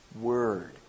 word